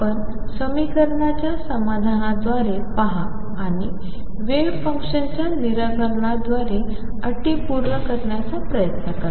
आपण समीकरणाच्या समाधानाद्वारे पहा आणि वेव्ह फंक्शन च्या निराकारनाद्वारे अटी पूर्ण करण्याचा प्रयत्न केला